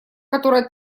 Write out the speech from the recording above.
которая